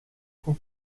con